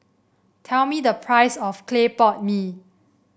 tell me the price of Clay Pot Mee